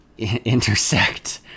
intersect